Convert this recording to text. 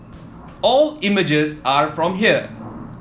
all images are from here